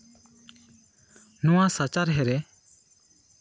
ᱱᱚᱣᱟ ᱥᱟᱪᱟᱨᱦᱮᱜ ᱨᱮ